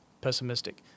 pessimistic